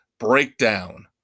breakdown